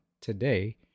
today